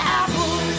apple